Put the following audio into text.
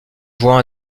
juan